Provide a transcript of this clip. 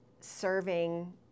serving